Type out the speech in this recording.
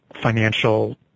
financial